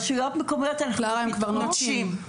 הם כבר נוטשים.